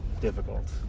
difficult